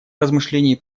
размышлений